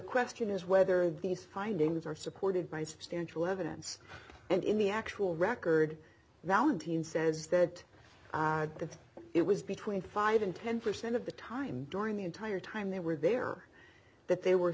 question is whether these findings are supported by substantial evidence and in the actual record valentijn says that that it was between five and ten percent of the time during the entire time they were there that they were